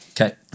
Okay